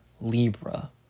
Libra